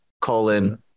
colon